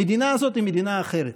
המדינה הזאת היא מדינה אחרת,